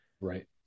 Right